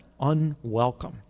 unwelcome